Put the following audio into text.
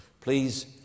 Please